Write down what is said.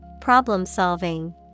Problem-solving